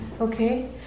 okay